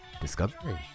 Discovery